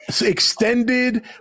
extended